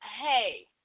hey